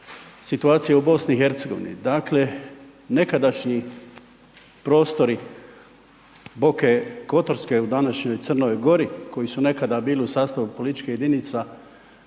situacija u BiH. Dakle, nekadašnji prostori Boke Kotorske u današnjoj Crnoj Gori koji su nekada bili u sastavu političkih jedinica